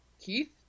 Keith